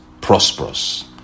prosperous